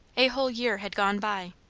a whole year had gone by,